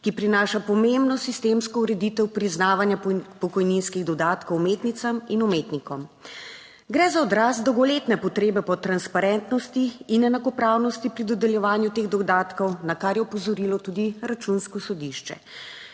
ki prinaša pomembno sistemsko ureditev priznavanja pokojninskih dodatkov umetnicam in umetnikom. Gre za odraz dolgoletne potrebe po transparentnosti in enakopravnosti pri dodeljevanju teh dodatkov, na kar je opozorilo tudi Računsko sodišče.